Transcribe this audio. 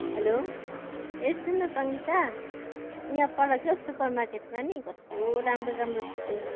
hello ए सुन् न सङ्गीता यहाँ पर क्या हौ सुपर मार्केटमा नि कस्तो राम्रो राम्रो ए